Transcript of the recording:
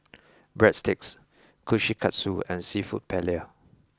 Breadsticks Kushikatsu and seafood Paella